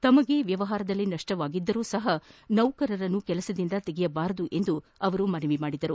ತಮಗೆ ವ್ಯವಹಾರದಲ್ಲಿ ನಪ್ಸವಾಗಿದ್ದರೂ ನೌಕರರನ್ನು ಕೆಲಸದಿಂದ ತೆಗೆಯಬಾರದು ಎಂದು ಅವರು ಮನವಿ ಮಾಡಿದರು